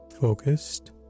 Focused